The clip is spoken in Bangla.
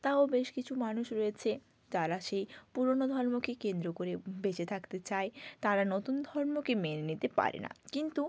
তাও বেশ কিছু মানুষ রয়েছে তারা সেই পুরনো ধর্মকে কেন্দ্র করে বেঁচে থাকতে চায় তারা নতুন ধর্মকে মেনে নিতে পারে না কিন্তু